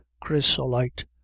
chrysolite